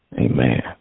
Amen